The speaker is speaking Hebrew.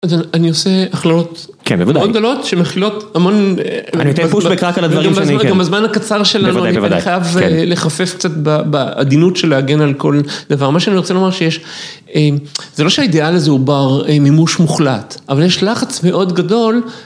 אני עושה הכללות מאוד גדולות, שמכלילות המון... אני נותן פוש רק לדברים שאני כן... גם בזמן הקצר שלנו, אני חייב לחפף קצת בעדינות של להגן על כל דבר. מה שאני רוצה לומר שיש, זה לא שהאידיאל הזה הוא בר מימוש מוחלט, אבל יש לחץ מאוד גדול.